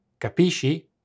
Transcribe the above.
Capisci